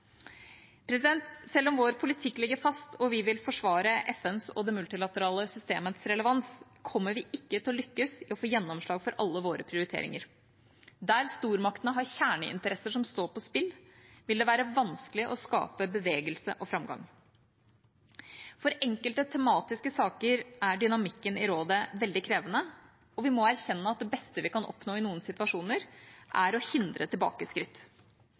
Selv om vår politikk ligger fast og vi vil forsvare FNs og det multilaterale systemets relevans, kommer vi ikke til å lykkes i å få gjennomslag for alle våre prioriteringer. Der stormaktene har kjerneinteresser som står på spill, vil det være vanskelig å skape bevegelse og framgang. For enkelte tematiske saker er dynamikken i rådet veldig krevende, og vi må erkjenne at det beste vi kan oppnå i noen situasjoner, er å hindre tilbakeskritt.